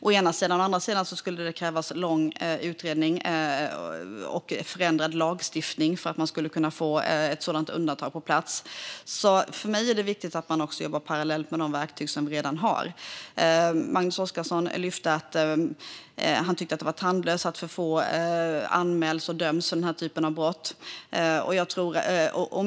Å andra sidan skulle det krävas lång utredning och förändrad lagstiftning för att man skulle kunna få ett sådant undantag på plats. För mig är det därför viktigt att man också jobbar parallellt med de verktyg som vi redan har. Magnus Oscarsson lyfte att han tycker att det är tandlöst att för få anmäls och döms för den här typen av brott.